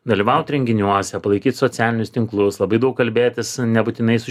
dalyvaut renginiuose palaikyti socialinius tinklus labai daug kalbėtis nebūtinai su